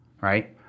Right